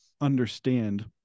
understand